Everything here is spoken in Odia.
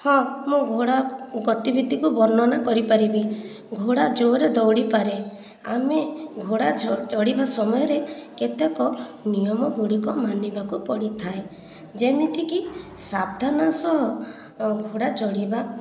ହଁ ମୁଁ ଘୋଡ଼ା ଗତିବିତି କୁ ବର୍ଣ୍ଣନା କରିପାରିବି ଘୋଡ଼ା ଜୋର ରେ ଦୌଡ଼ି ପରେ ଆମେ ଘୋଡ଼ା ଚଢ଼ିବା ସମୟରେ କେତେକ ନିୟମ ଗୁଡ଼ିକ ମାନିବାକୁ ପଡ଼ିଥାଏ ଯେମିତିକି ସାବଧାନ ସହ ଘୋଡ଼ା ଚଢ଼ିବା